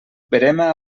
verema